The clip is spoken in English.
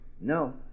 No